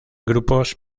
grupos